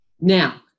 now